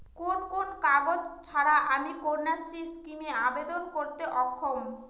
কোন কোন কাগজ ছাড়া আমি কন্যাশ্রী স্কিমে আবেদন করতে অক্ষম?